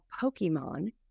Pokemon